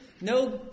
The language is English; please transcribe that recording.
no